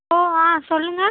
ஆ ஆ சொல்லுங்கள்